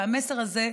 והמסר הזה,